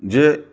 जे